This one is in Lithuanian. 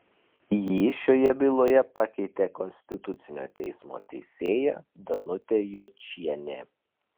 jį šioje byloje pakeitė konstitucinio teismo teisėja danutė jočienė